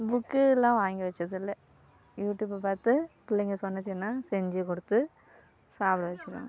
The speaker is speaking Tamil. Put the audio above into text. புக்கு எல்லாம் வாங்கி வச்சதில்லை யூட்யூபை பார்த்து பிள்ளைங்க சொன்னுச்சின்னால் செஞ்சு கொடுத்து சாப்பிட வச்சுருவேன்